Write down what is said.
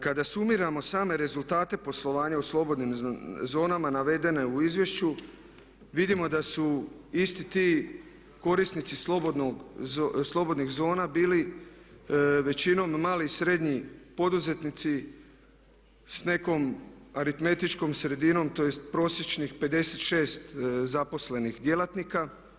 Kada sumiramo same rezultate poslovanja u slobodnim zonama navedene u izvješću vidimo da su isti ti korisnici slobodnih zona bili većinom mali i srednji poduzetnici s nekom aritmetičkom sredinom tj. prosječnih 56 zaposlenih djelatnika.